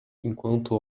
enquanto